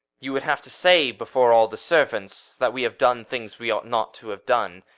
you would have to say before all the servants that we have done things we ought not to have done,